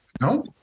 No